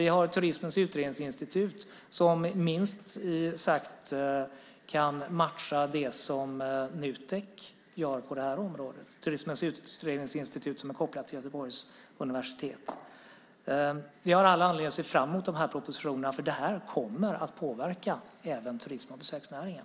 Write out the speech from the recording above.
Vi har Turismens utredningsinstitut som minst sagt kan matcha det som Nutek gör på det här området. Turismens utredningsinstitut är kopplat till Göteborgs universitet. Vi har all anledning att se fram emot de här propositionerna, för det kommer att påverka även turism och besöksnäringen.